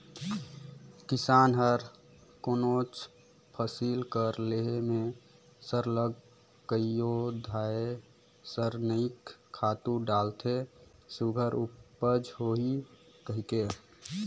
किसान हर कोनोच फसिल कर लेहे में सरलग कइयो धाएर रसइनिक खातू डालथे सुग्घर उपज होही कहिके